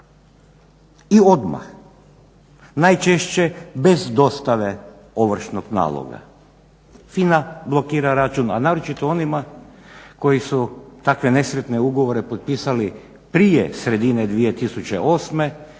I odmah, najčešće bez dostave ovršnog naloga FINA blokira račun, a naročito onima koji su takve nesretne ugovore potpisali prije sredine 2008.